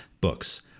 books